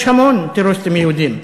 יש המון טרוריסטים יהודים.